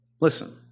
listen